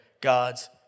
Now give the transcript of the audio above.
God's